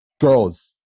girls